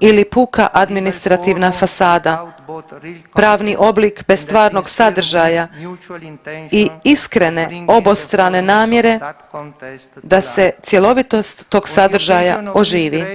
ili puka administrativna fasada, pravi oblik bez stvarnog sadržaja i iskrene obostrane namjene da se cjelovitost tog sadržaja oživi.